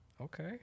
Okay